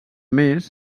més